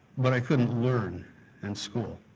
but i couldn't learn in school.